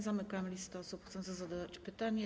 Zamykam listę osób chcących zadać pytania.